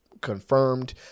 confirmed